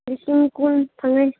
ꯂꯤꯁꯤꯡ ꯀꯨꯟ ꯐꯪꯉꯦ